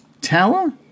tower